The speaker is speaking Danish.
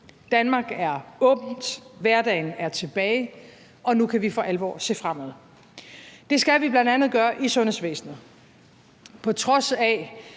Danmark er åbent, hverdagen er tilbage, og nu kan vi for alvor se fremad. Det skal vi bl.a. gøre i sundhedsvæsenet. På trods af